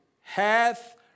hath